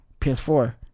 PS4